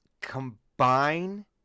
combine